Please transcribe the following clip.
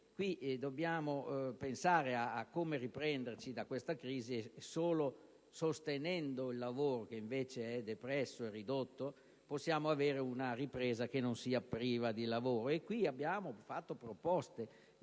dobbiamo pensare a come riprenderci da questa crisi e solo sostenendo il lavoro, che invece è depresso e ridotto, possiamo avere una ripresa che non sia priva di lavoro. Al riguardo abbiamo fatto proposte;